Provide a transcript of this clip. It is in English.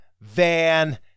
Van